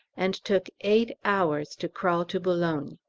and took eight hours to crawl to boulogne.